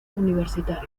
universitario